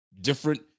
different